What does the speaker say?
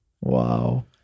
Wow